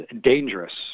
Dangerous